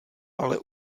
ale